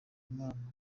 imana